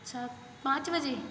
अच्छा पाँच बजे